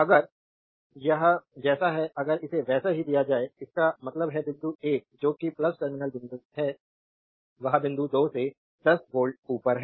अगर यह जैसा है अगर इसे वैसा ही दिया जाए इसका मतलब है बिंदु 1 जो कि टर्मिनल बिंदु 1 है वह बिंदु 2 से 10 वोल्ट ऊपर है